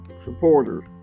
supporters